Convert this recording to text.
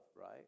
right